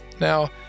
Now